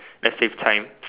let's save time